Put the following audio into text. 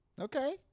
Okay